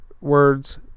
words